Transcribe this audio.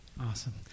awesome